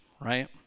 right